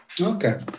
okay